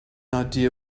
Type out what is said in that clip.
idea